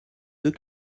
deux